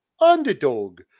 underdog